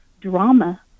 drama